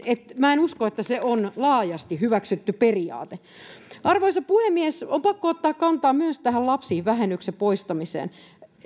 että minä en usko että se on laajasti hyväksytty periaate arvoisa puhemies on pakko ottaa kantaa myös tähän lapsivähennyksen poistamiseen